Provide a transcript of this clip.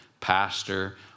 pastor